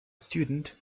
student